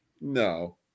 No